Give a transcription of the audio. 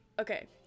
okay